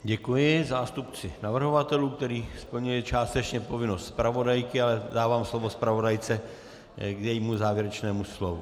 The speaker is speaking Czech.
Děkuji zástupci navrhovatelů, který splnil částečně i povinnost zpravodajky, ale dávám slovo zpravodajce k jejímu závěrečnému slovu.